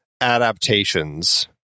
adaptations